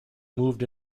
moved